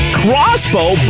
crossbow